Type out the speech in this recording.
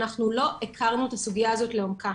אנחנו לא הכרנו את הסוגייה הזאת לעומקה,